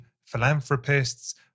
philanthropists